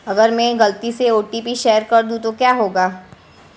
अगर मैं गलती से ओ.टी.पी शेयर कर दूं तो क्या होगा?